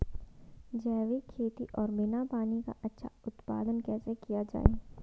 जैविक खेती और बिना पानी का अच्छा उत्पादन कैसे किया जाए?